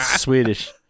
Swedish